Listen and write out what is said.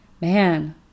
man